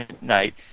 night